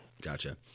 Gotcha